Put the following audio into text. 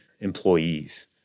employees